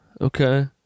okay